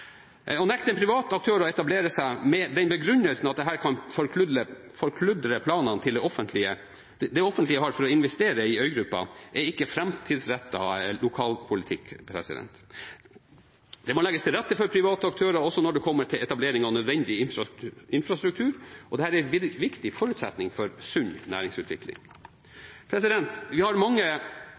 Å nekte en privat aktør å etablere seg, med den begrunnelsen at dette kan forkludre planene det offentlige har for å investere på øygruppa, er ikke framtidsrettet lokalpolitikk. Det må legges til rette for private aktører også når det kommer til etablering av nødvendig infrastruktur. Dette er en viktig forutsetning for sunn næringsutvikling. Vi har mange